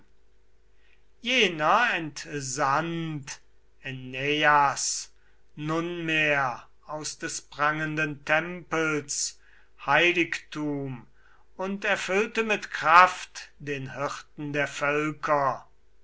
jener entsandt äneias nunmehr aus des prangenden tempels heiligtum und erfüllte mit kraft den hirten der völker